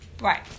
Right